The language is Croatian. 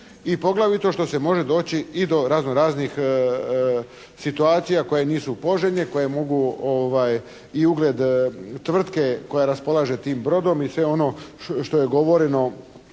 I poglavito što se može doći i do razno raznih situacija koje nisu poželjne, koje mogu i ugled tvrtke koja raspolaže tim brodom i sve ono što je govoreno,